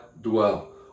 dwell